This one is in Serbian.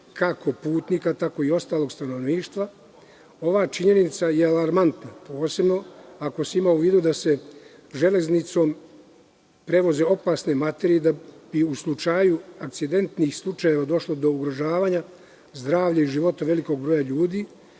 kako putnika, tako i ostalog stanovništva. Ova činjenica je alarmanta, posebno ako se ima u vidu da se železnicom prevoze opasne materije i u slučaju incidentih slučajeva došlo bi do ugrožavanja zdravlja i života velikog broja ljudi.